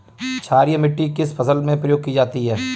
क्षारीय मिट्टी किस फसल में प्रयोग की जाती है?